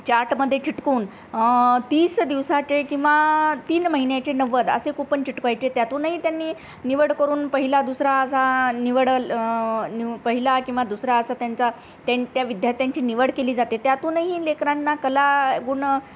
चार्टमध्ये चिकटून तीस दिवसाचे किंवा तीन महिन्याचे नव्वद असे कूपन चिकटवायचे त्यातूनही त्यांनी निवड करून पहिला दुसरा असा निवडलं निव पहिला किंवा दुसरा असा त्यांचा त्या त्या विद्यार्थ्यांची निवड केली जाते त्यातूनही लेकरांना कलागुण